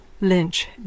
Lynch